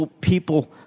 people